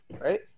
Right